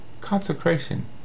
consecration